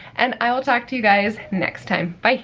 and i will talk to you guys next time. bye.